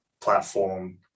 platform